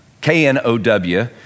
K-N-O-W